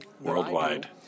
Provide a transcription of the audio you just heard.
worldwide